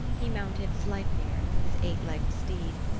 he mounted sleipner, his eight-legged steed,